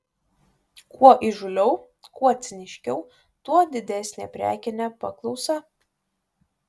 kuo įžūliau kuo ciniškiau tuo didesnė prekinė paklausa